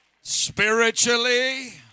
spiritually